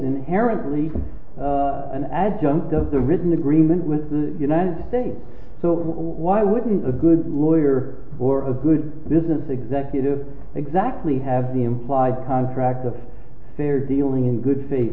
inherently an adjunct to the written agreement with the united states so why wouldn't a good lawyer or a good business executive exactly have the implied contract of their dealing in good faith